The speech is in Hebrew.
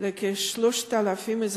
לכ-3,000 אזרחים,